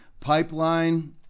pipeline